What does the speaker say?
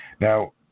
Now